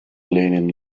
lenin